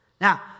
Now